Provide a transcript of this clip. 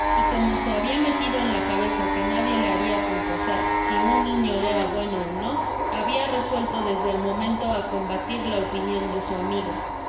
y como se habia metido en la cabeza que nadie le haria confesar si un niño era bueno ó no babia resuelto desde el momento á combatir la opinion de su amigo